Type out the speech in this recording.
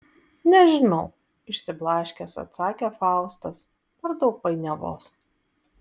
nežinau išsiblaškęs atsakė faustas per daug painiavos